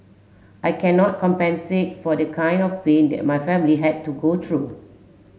I cannot compensate for the kind of pain that my family had to go through